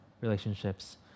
relationships